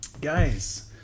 guys